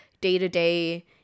day-to-day